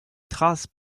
trace